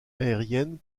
aériennes